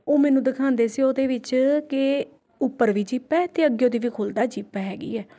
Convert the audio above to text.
ਉਹ ਮੈਨੂੰ ਦਿਖਾਉਂਦੇ ਸੀ ਉਹਦੇ ਵਿੱਚ ਕਿ ਉੱਪਰ ਵੀ ਜਿੱਪ ਹੈ ਅਤੇ ਅੱਗਿਓ ਦੀ ਵੀ ਖੁੱਲ੍ਹਦਾ ਜਿੱਪ ਹੈਗੀ ਹੈ